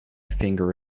finger